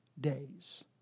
days